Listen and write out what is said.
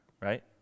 right